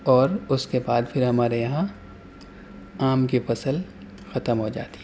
اور اس کے بعد پھر ہمارے یہاں آم کی فصل ختم ہو جاتی ہے